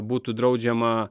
būtų draudžiama